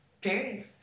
Period